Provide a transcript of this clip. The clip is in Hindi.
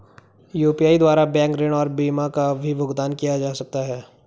यु.पी.आई द्वारा बैंक ऋण और बीमा का भी भुगतान किया जा सकता है?